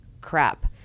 crap